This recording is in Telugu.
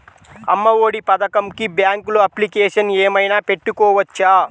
అమ్మ ఒడి పథకంకి బ్యాంకులో అప్లికేషన్ ఏమైనా పెట్టుకోవచ్చా?